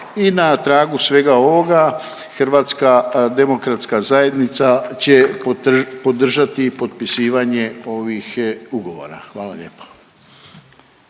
I na tragu svega ovoga HDZ će podržati potpisivanje ovih ugovora, hvala lijepo.